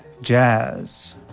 Jazz